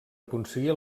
aconseguir